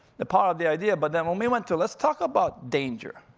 the power of the idea. but then when we went to, let's talk about danger.